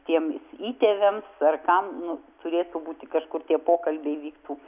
tiem įtėviams ar kam nu turėtų būti kažkur tie pokalbiai vyktų